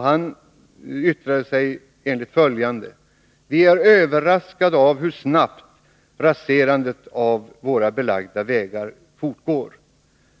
Han yttrade följande: Vi är överraskade av hur snabbt raserandet av våra belagda vägar fortgår.